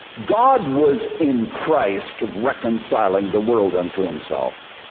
god was in christ reconciling the world unto himself.